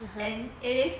and it is